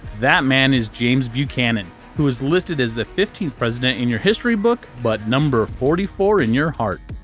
that man is james buchanan who is listed as the fifteenth president in your history book, but number forty four in your heart.